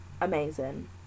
amazing